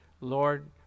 Lord